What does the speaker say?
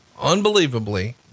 unbelievably